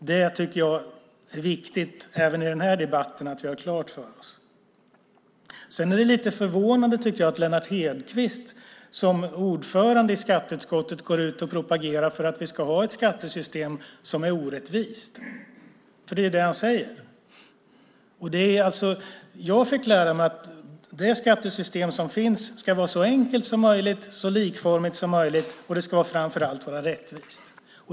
Det tycker jag är viktigt även i den här debatten att vi har klart för oss. Det är lite förvånande, tycker jag, att Lennart Hedquist som ordförande i skatteutskottet går ut och propagerar för att vi ska ha ett skattesystem som är orättvist. Det är ju det han säger. Jag fick lära mig att det skattesystem som finns ska vara så enkelt som möjligt och så likformigt som möjligt, och det ska framför allt vara rättvist.